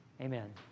Amen